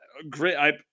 Great